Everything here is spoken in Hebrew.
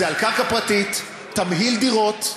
זה על קרקע פרטית, תמהיל דירות,